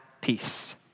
peace